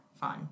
fun